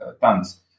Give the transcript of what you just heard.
tons